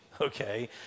okay